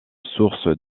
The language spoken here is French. source